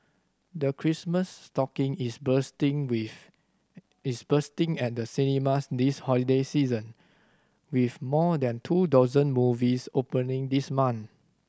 the Christmas stocking is bursting with is bursting and the cinemas this holiday season with more than two dozen movies opening this month